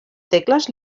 tecles